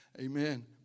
Amen